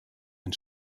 ein